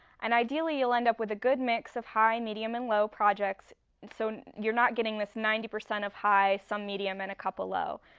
and ideally you'll end up with a good mix of high, medium and low projects so you're not getting this ninety percent of high, some medium and a couple low.